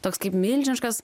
toks kaip milžiniškas